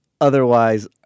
otherwise